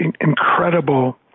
incredible